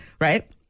Right